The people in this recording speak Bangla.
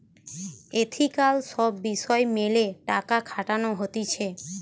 এথিকাল সব বিষয় মেলে টাকা খাটানো হতিছে